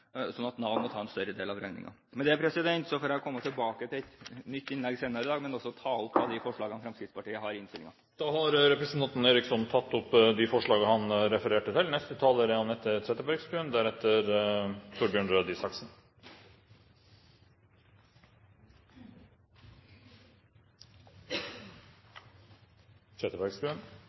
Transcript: at Nav tar en større del av regningen. Med det får jeg komme tilbake i et nytt innlegg senere i dag. Jeg tar opp de forslagene Fremskrittspartiet har i innstillingen, alene og sammen med Høyre. Representanten Robert Eriksson har tatt opp de forslagene han refererte til.